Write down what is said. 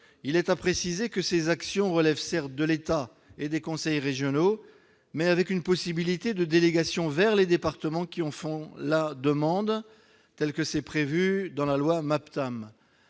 il est à préciser que ces actions relèvent certes de l'État et des conseils régionaux, mais avec une possibilité de délégation aux départements qui en font la demande, selon les termes de la loi Maptam.